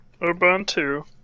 Ubuntu